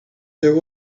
there